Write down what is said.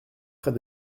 près